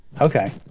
Okay